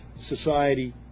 society